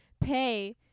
pay